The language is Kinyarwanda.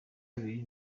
kabiri